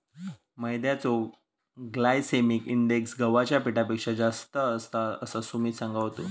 मैद्याचो glycaemic index गव्हाच्या पिठापेक्षा जास्त असता, असा सुमित सांगा होतो